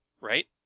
Right